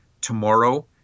Tomorrow